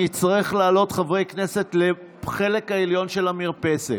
אני אצטרך להעלות חברי כנסת לחלק העליון של המרפסת.